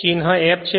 ચિહ્ન f છે